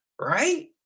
right